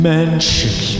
Mansion